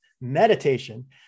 meditation